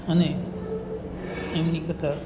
અને એમની કથા